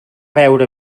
beure